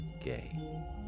gay